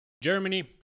Germany